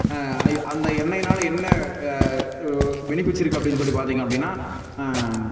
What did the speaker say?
அந்த எண்ணெய்னால் என்ன பெனிஃபிட்ஸ் இருக்குது அப்படின்னு சொல்லி பார்த்திங்க அப்படின்னா